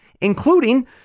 including